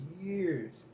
years